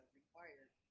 required